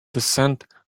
descent